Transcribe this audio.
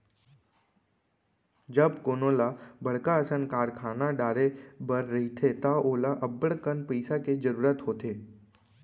जब कोनो ल बड़का असन कारखाना डारे बर रहिथे त ओला अब्बड़कन पइसा के जरूरत होथे